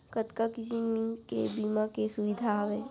कतका किसिम के बीमा के सुविधा हावे?